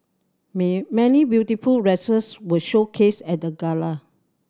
many beautiful dresses were showcased at the gala